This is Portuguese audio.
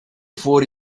for